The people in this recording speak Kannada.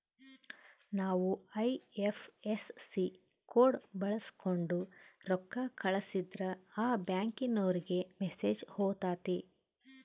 ನಾವು ಐ.ಎಫ್.ಎಸ್.ಸಿ ಕೋಡ್ ಬಳಕ್ಸೋಂಡು ರೊಕ್ಕ ಕಳಸಿದ್ರೆ ಆ ಬ್ಯಾಂಕಿನೋರಿಗೆ ಮೆಸೇಜ್ ಹೊತತೆ